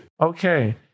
Okay